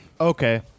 Okay